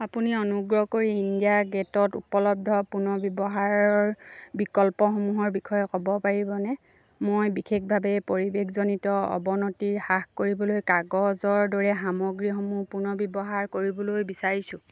আপুনি অনুগ্ৰহ কৰি ইণ্ডিয়া গেটত উপলব্ধ পুনৰ্ব্যৱহাৰৰ বিকল্পসমূহৰ বিষয়ে ক'ব পাৰিবনে মই বিশেষভাৱে পৰিৱেশজনিত অৱনতি হ্ৰাস কৰিবলৈ কাগজৰ দৰে সামগ্ৰীসমূহ পুনৰ্ব্যৱহাৰ কৰিবলৈ বিচাৰিছোঁ